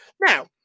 Now